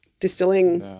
distilling